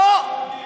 לא רק היהודיים.